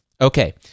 Okay